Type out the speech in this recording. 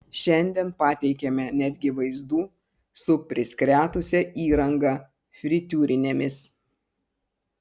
šiandien pateikėme netgi vaizdų su priskretusia įranga fritiūrinėmis